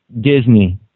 Disney